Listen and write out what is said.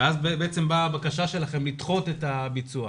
אז בעצם באה הבקשה שלכם לדחות את הביצוע.